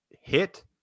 hit